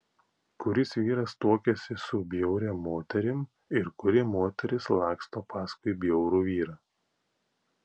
kuris vyras tuokiasi su bjauria moterim ir kuri moteris laksto paskui bjaurų vyrą